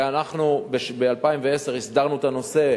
ואנחנו ב-2010 הסדרנו את הנושא,